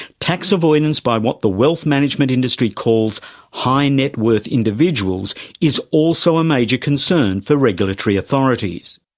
tax avoidance by what the wealth management industry calls high net worth individuals is also a major concern for regulatory authorities.